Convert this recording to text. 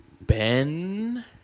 Ben